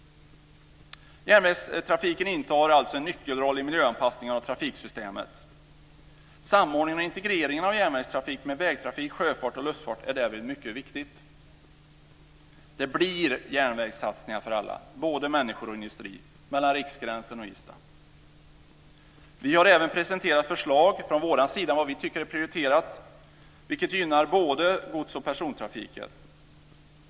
Järnvägstrafiken intar en nyckelroll i miljöanpassningen av trafiksystemen. Samordningen och integreringen av järnvägstrafik med vägtrafik, sjöfart och luftfart är därvid mycket viktig. Det blir järnvägssatsningar för alla, både människor och industri, mellan Riksgränsen och Ystad. Vi har även presenterat förslag som gynnar både godsoch persontrafiken.